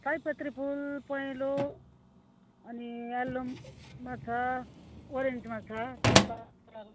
सयपत्री फुल पहेँलो अनि यल्लोमा छ ओरेन्जमा छ तिनवटा कलरमा